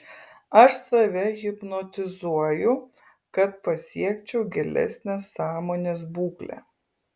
aš save hipnotizuoju kad pasiekčiau gilesnę sąmonės būklę